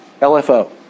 LFO